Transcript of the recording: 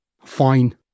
Fine